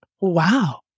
Wow